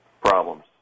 problems